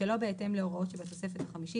שלא בהתאם להוראות שבתוספת החמישית,